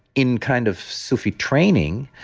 in kind of sufi training,